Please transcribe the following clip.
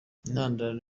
intandaro